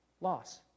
loss